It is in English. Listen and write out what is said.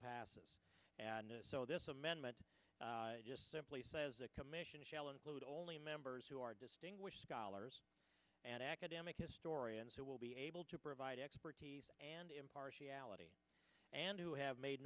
passes and so this amendment just simply says the commission shall include all the members who are distinguished scholars and academic historians who will be able to provide expertise and impartiality and who have made